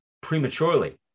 prematurely